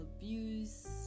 abuse